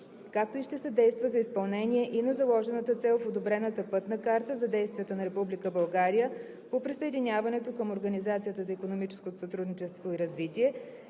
както и ще съдейства за изпълнение и на заложената цел в одобрената пътна карта за действията на Република България по присъединяването към Организацията за икономическо сътрудничество и развитие,